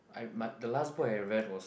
I my the last book that I read was